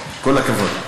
כל הכבוד.